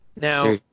Now